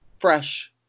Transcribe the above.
fresh